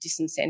disincentive